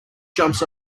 jumps